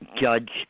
judge